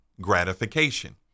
gratification